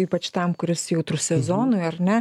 ypač tam kuris jautrus sezonui ar ne